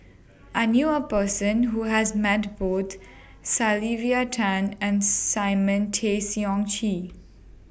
I knew A Person Who has Met Both Sylvia Tan and Simon Tay Seong Chee